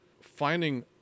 finding